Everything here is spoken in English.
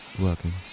working